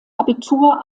abitur